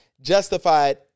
justified